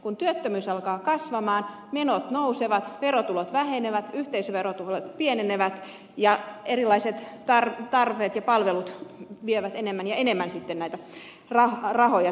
kun työttömyys alkaa kasvaa menot nousevat verotulot vähenevät yhteisöverotulot pienenevät ja erilaiset tarpeet ja palvelut vievät enemmän ja enemmän sitten näitä rahoja täällä pääkaupunkiseudulla